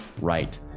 right